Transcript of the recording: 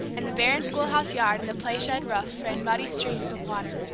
and the barren schoolhouse yard, and the play-shed roof, ran muddy streams of water.